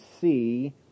see